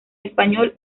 español